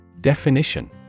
Definition